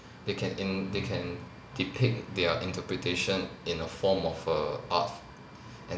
they can in they can depict their interpretation in a form of err art and